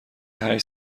هشت